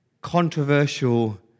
controversial